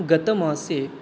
गतमासे